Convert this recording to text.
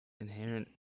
inherent